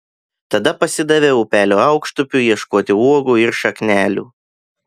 tada pasidavė upelio aukštupiu ieškoti uogų ir šaknelių